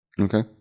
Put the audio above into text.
Okay